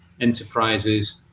enterprises